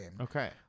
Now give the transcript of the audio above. Okay